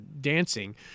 dancing